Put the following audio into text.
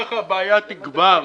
כך הבעיה תגבר.